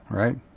right